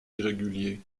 irréguliers